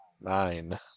Nine